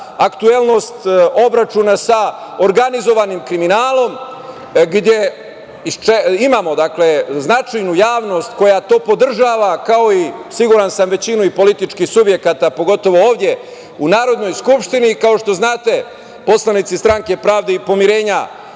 aktuelnost obračuna sa organizovanim kriminalom, gde imamo značajnu javnost koja to podržava, kao i, siguran sam, većinu političkih subjekata, pogotovo ovde u Narodnoj skupštini. Kao što znate poslanici Stranke pravde i pomirenja,